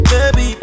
Baby